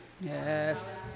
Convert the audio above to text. Yes